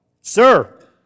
Sir